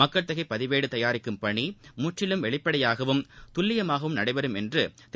மக்கள் தொகைப் பதிவேடு தயாரிக்கும் பணி முற்றிலும் வெளிப்படையாகவும் துல்லியமாகவும் நடைபெறும் என்று திரு